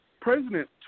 president